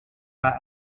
war